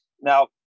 now